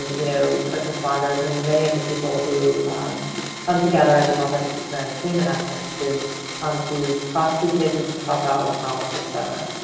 you know first responders, and many of the people who come together as a multidisciplinary team, in essence, to um come to prosecute cases to help out with problems, et cetera.